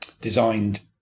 designed